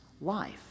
life